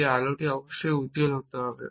যে আলোটি অবশ্যই জ্বলতে হবে